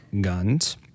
guns